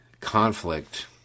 conflict